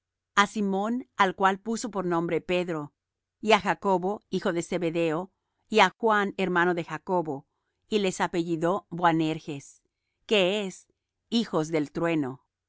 a simón al cual puso por nombre pedro y á jacobo hijo de zebedeo y á juan hermano de jacobo y les apellidó boanerges que es hijos del trueno